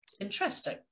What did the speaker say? Interesting